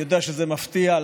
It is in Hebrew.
אני יודע שזה מפתיע,